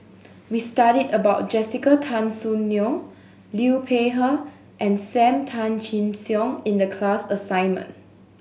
we studied about Jessica Tan Soon Neo Liu Peihe and Sam Tan Chin Siong in the class assignment